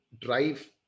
drive